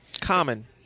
Common